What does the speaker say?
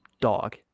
Dog